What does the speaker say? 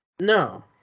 No